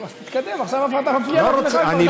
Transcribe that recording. אז תתקדם, עכשיו אתה מפריע לעצמך, לא רוצה.